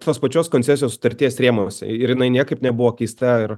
tos pačios koncesijos sutarties rėmuose ir jinai niekaip nebuvo keista ir